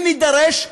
אם נידרש,